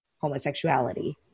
homosexuality